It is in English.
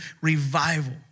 revival